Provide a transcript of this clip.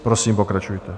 Prosím, pokračujte.